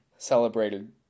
celebrated